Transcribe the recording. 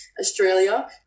Australia